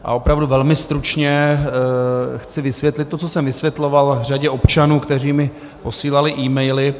A opravdu velmi stručně chci vysvětlit to, co jsem vysvětloval řadě občanů, kteří mi posílali emaily.